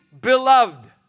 beloved